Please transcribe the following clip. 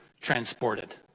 transported